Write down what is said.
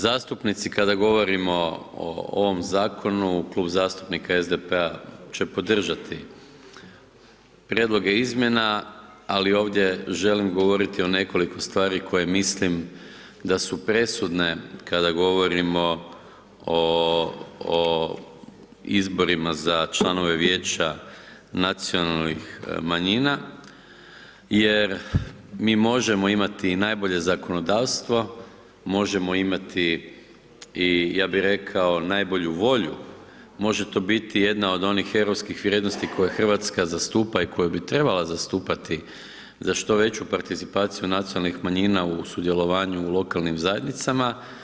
Zastupnici, kada govorimo o ovom zakonu, Klub zastupnika SDP-a će podržati prijedloge izmjena, ali ovdje želim govoriti o nekoliko stvari koje mislim da su presudne kada govorimo o izborima za članove Vijeća Nacionalnih manjina, jer mi možemo imati najbolje zakonodavstvo, možemo imati i ja bi rekao najbolju volju, može to biti jedna od europskih vrijednosti koje Hrvatska zastupa i koja bi trebala zastupati za što veću participaciju nacionalnih manjina u sudjelovanju u lokalnim zajednicama.